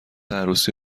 عروسی